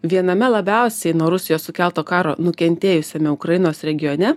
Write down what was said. viename labiausiai nuo rusijos sukelto karo nukentėjusiame ukrainos regione